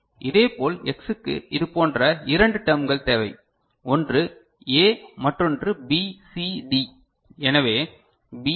இதேபோல் X க்கு இதுபோன்ற இரண்டு டர்ம்கள் தேவை ஒன்று A மற்றொன்று B C D எனவே B C D